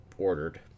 ordered